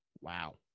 Wow